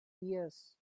ears